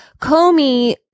Comey